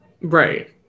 right